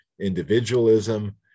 individualism